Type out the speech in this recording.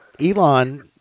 Elon